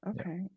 Okay